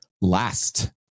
last